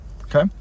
Okay